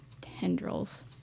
tendrils